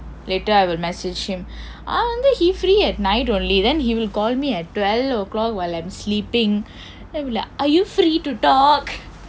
later I will message him he free at night only then he will call me at twelve o clock while I'm sleeping then he will be like are you free to talk